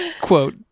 Quote